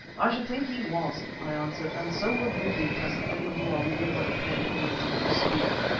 i should think he was, i answered, and so will you be presently when you are wriggling on the point of a mazitu spear.